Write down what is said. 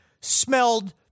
smelled